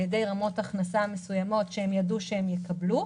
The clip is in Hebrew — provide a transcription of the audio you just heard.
על ידי רמות הכנסה מסוימות שהם ידעו שהם יקבלו.